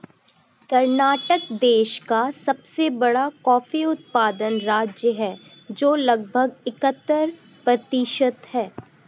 कर्नाटक देश का सबसे बड़ा कॉफी उत्पादन राज्य है, जो लगभग इकहत्तर प्रतिशत है